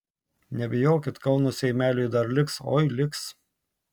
nebijokit kauno seimeliui dar liks oi liks